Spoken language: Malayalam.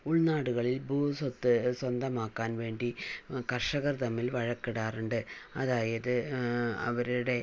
ഉൾനാടുകളിൽ ഭൂസ്വത്തു സ്വന്തമാക്കാൻ വേണ്ടി കർഷകർ തമ്മിൽ വഴക്കിടാറുണ്ട് അതായത് അവരുടെ